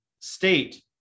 state